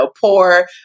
poor